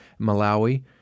Malawi